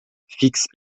fixent